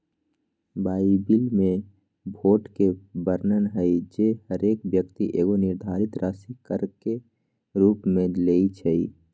Bible में भोट के वर्णन हइ जे हरेक व्यक्ति एगो निर्धारित राशि कर के रूप में लेँइ छइ